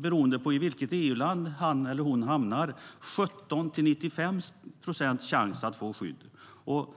beroende på i vilket EU-land han eller hon hamnar 17-95 procents chans att få skydd.